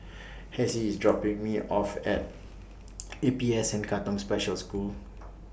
Hessie IS dropping Me off At A P S N Katong Special School